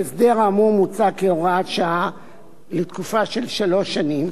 ההסדר האמור מוצע כהוראת שעה לתקופה של שלוש שנים,